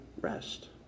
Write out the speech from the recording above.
rest